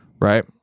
Right